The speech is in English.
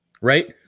right